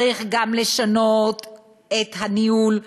צריך גם לשנות את הניהול,